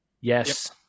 Yes